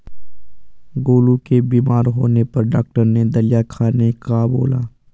गोलू के बीमार होने पर डॉक्टर ने दलिया खाने का बोला